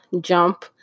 jump